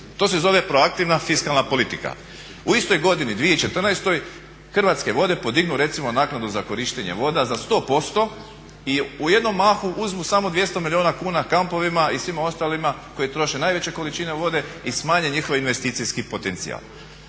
To se zove proaktivna fiskalna politika. U istoj godini 2014. Hrvatske vode podignu recimo naknadu za korištenje voda za 100% i u jednom mahu uzmu samo 200 milijuna kuna kampovima i svima ostalima koji troše najveće količine vode i smanje njihov investicijski potencijal.